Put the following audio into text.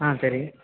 ஆ சரி